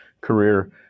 career